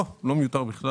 לא, לא מיותר בכלל.